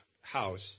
house